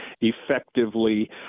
effectively